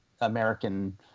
American